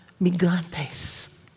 migrantes